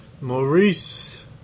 Maurice